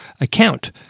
account